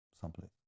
someplace